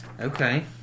Okay